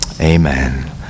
Amen